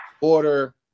Order